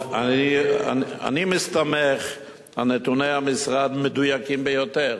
אני מסתמך על נתוני המשרד המדויקים ביותר